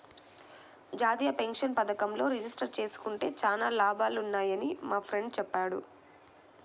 జాతీయ పెన్షన్ పథకంలో రిజిస్టర్ జేసుకుంటే చానా లాభాలున్నయ్యని మా ఫ్రెండు చెప్పాడు